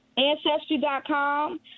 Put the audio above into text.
Ancestry.com